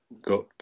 got